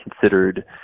considered